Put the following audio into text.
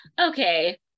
okay